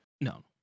No